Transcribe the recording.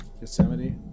Yosemite